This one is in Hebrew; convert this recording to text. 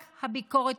רק הביקורת